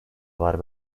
var